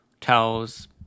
towels